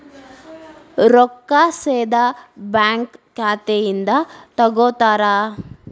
ರೊಕ್ಕಾ ಸೇದಾ ಬ್ಯಾಂಕ್ ಖಾತೆಯಿಂದ ತಗೋತಾರಾ?